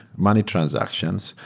money transactions,